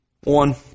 One